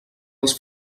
els